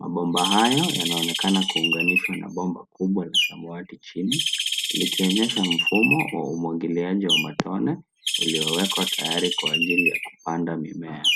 Mambomba hayo yanaonekana kuunganishwa na bomba kubwa la samawati chini, likionesha mfumo wa umwagiliaji wa matone uliowekwa tayari kwa ajili ya kupanda mimea.